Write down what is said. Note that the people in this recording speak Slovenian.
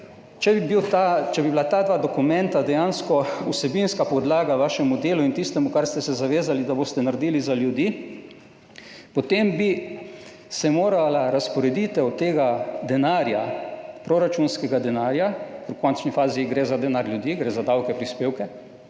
Če bi bila ta dva dokumenta dejansko vsebinska podlaga vašemu delu in tistemu, čemur ste se zavezali, da boste naredili za ljudi, potem bi se morala razporeditev tega denarja, proračunskega denarja – ker v končni fazi gre za denar ljudi, gre za davke, prispevke